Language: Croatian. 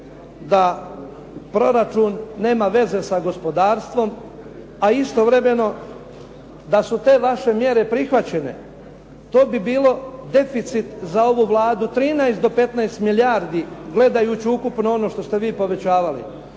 da proračun nema veze sa gospodarstvo, a istovremeno da su te vaše mjere prihvaćene, to bi bilo deficit za ovu Vladu 13 do 15 milijardi gledajući ukupno ono što ste vi povećavali.